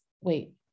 wait